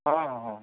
ହଁ ହଁ